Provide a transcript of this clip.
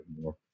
more